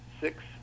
six